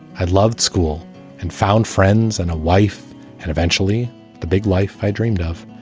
i loved school and found friends and a wife and eventually the big life i dreamed of.